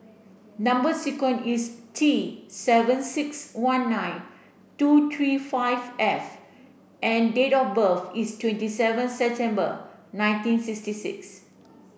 number sequence is T seven six one nine two three five F and date of birth is twenty seven September nineteen sixty six